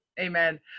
Amen